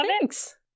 Thanks